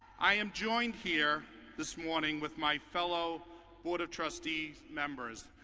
i am joined here this morning with my fellow board of trustees members.